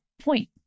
point